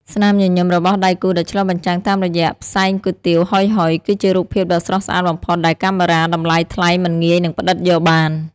ស្នាមញញឹមរបស់ដៃគូដែលឆ្លុះបញ្ចាំងតាមរយៈផ្សែងគុយទាវហុយៗ គឺជារូបភាពដ៏ស្រស់ស្អាតបំផុតដែលកាមេរ៉ាតម្លៃថ្លៃមិនងាយនឹងផ្ដិតយកបាន។